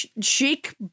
chic